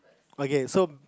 okay so